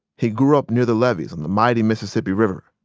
he grew up near the levees on the mighty mississippi river.